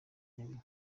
nyabihu